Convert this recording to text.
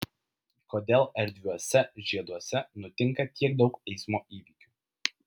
kodėl erdviuose žieduose nutinka tiek daug eismo įvykių